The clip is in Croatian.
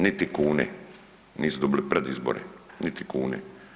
Niti kune nisu dobili pred izbore, niti kune.